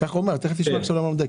ככה הוא אמר, תכף תשמע למה אתה לא מדייק.